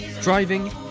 driving